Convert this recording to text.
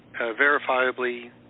verifiably